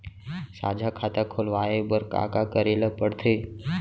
साझा खाता खोलवाये बर का का करे ल पढ़थे?